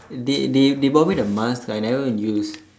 they they they bought me the mask I never even use